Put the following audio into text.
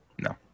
no